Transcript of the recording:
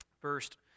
First